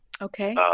Okay